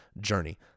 journey